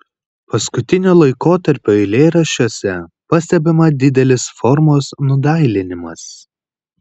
paskutinio laikotarpio eilėraščiuose pastebima didelis formos nudailinimas